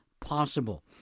possible